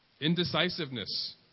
Indecisiveness